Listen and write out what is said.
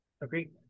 Agreed